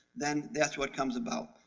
then that's what comes about.